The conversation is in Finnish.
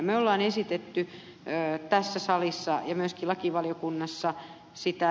me olemme esittäneet tässä salissa ja myöskin lakivaliokunnassa ed